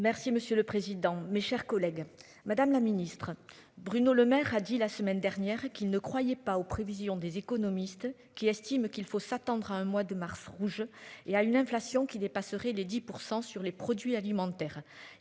Merci monsieur le président, mes chers collègues. Madame la Ministre Bruno Lemaire, a dit la semaine dernière qu'il ne croyait pas aux prévisions des économistes, qui estiment qu'il faut s'attendre à un mois de mars rouge et à une inflation qui dépasserait les 10% sur les produits alimentaires.